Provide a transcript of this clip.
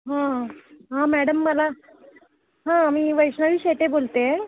हां हां मॅडम मला हां मी वैष्णवी शेटे बोलते आहे